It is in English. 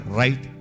right